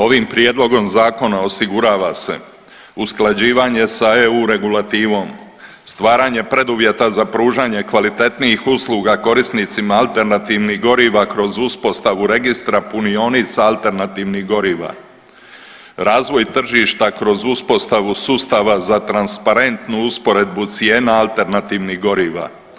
Ovim prijedlogom zakona osigurava se usklađivanje sa EU regulativom, stvaranje preduvjeta za pružanje kvalitetnijih usluga korisnicima alternativnih goriva kroz uspostavu registra punionica alternativnog goriva, razvoj tržišta kroz uspostavu sustava za transparentnu usporedbu cijena alternativnih goriva.